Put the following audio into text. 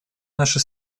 наши